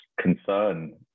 concern